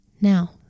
Now